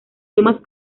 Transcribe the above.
temas